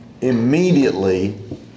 Immediately